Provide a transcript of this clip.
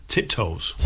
Tiptoes